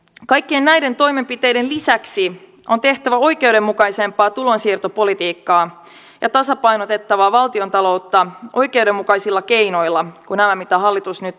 kaikkien näiden toimenpiteiden lisäksi on tehtävä oikeudenmukaisempaa tulonsiirtopolitiikkaa ja tasapainotettava valtiontaloutta oikeudenmukaisemmilla keinoilla kuin nämä mitä hallitus nyt on esittänyt